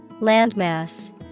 Landmass